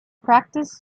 practiced